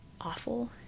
awful